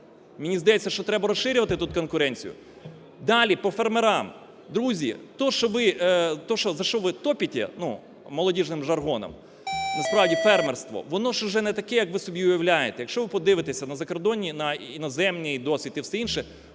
Мені здається, що треба розширювати тут конкуренцію. Далі, по фермерам. Друзі, те, що ви… за що ви "топите", ну молодіжним жаргоном, насправді фермерство, воно ж уже не таке, як ви собі уявляєте. Якщо ви подивитеся на закордонний, на іноземний досвід і все інше,